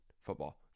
football